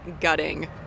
gutting